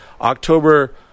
October